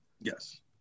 Yes